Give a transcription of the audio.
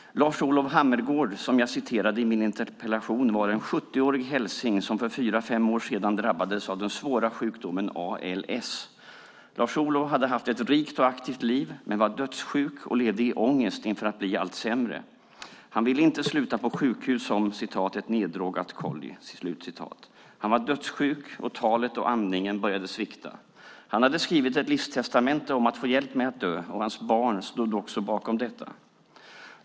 Lars-Olov Hammergård, som jag citerade i min interpellation, var en 70-årig hälsing som för fyra fem år sedan drabbades av den svåra sjukdomen ALS. Lars-Olov hade haft ett rikt och aktivt liv men var dödsjuk och levde i ångest inför att bli allt sämre. Han ville inte sluta på sjukhus som "ett neddrogat kolli". Han var dödssjuk, och talet och andningen började svikta. Han hade skrivit ett livstestamente om att få hjälp med att dö. Hans barn stod också bakom detta.